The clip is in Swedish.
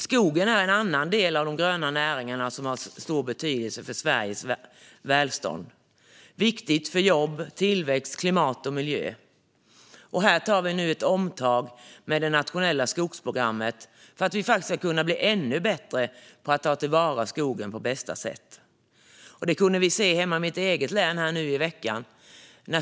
Skogen är en annan del av de gröna näringarna som har stor betydelse för Sveriges välstånd. Det är viktigt för jobb, tillväxt, klimat och miljö. Här tar vi nu ett omtag med det nationella skogsprogrammet för att vi ska kunna bli ännu bättre på att ta till vara skogen på bästa sätt. Det kunde vi se i mitt eget hemlän nu i veckan.